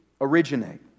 originate